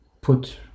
Put